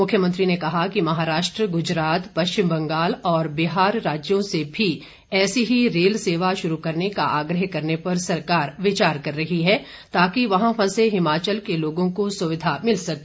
मुख्यमंत्री ने कहा कि महाराष्ट्र गुजरात पश्चिम बंगाल और बिहार राज्यों से भी ऐसी ही रेल सेवा शुरू करने का आग्रह करने पर सरकार विचार कर रही है ताकि वहां फंसे हिमाचल के लोगों को सुविधा मिल सके